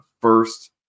first